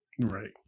Right